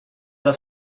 alla